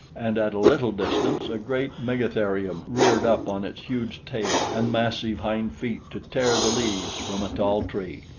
and at a little distance a great megatherium reared up on its huge tail and massive hind feet to tear the leaves from a tall tree.